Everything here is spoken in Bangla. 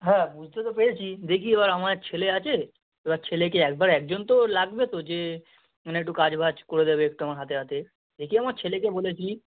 হ্যাঁ বুঝতে তো পেরেছি দেখি এবার আমার ছেলে আছে এবার ছেলেকে একবার একজন তো লাগবে তো যে মানে একটু কাজ বাজ করে দেবে একটু আমার হাতে হাতে দেখি আমার ছেলেকে বলেছি